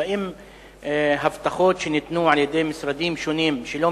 והאם הבטחות שניתנו על-ידי משרדים שונים שלא